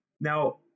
Now